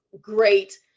great